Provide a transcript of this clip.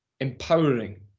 empowering